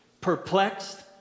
perplexed